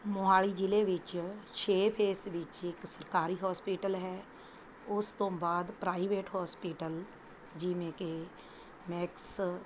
ਮੋਹਾਲੀ ਜ਼ਿਲ੍ਹੇ ਵਿੱਚ ਛੇ ਫੇਜ਼ ਵਿੱਚ ਇੱਕ ਸਰਕਾਰੀ ਹੌਸਪੀਟਲ ਹੈ ਉਸ ਤੋਂ ਬਾਅਦ ਪ੍ਰਾਈਵੇਟ ਹੌਸਪੀਟਲ ਜਿਵੇਂ ਕਿ ਮੈਕਸ